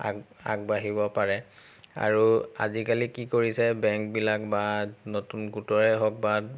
আগ আগবাঢ়িব পাৰে আৰু আজিকালি কি কৰিছে বেংকবিলাক বা নতুন গোটৰে হওক বা